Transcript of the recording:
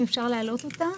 אם אפשר להעלות אותה.